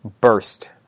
burst